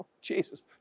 Jesus